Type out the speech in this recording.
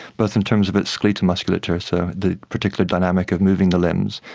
both in terms of its skeletal musculature, so the particular dynamic of moving the limbs,